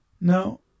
No